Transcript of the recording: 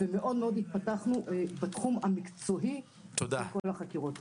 התפתחנו מאוד בתחום המקצועי בכל החקירות האלה.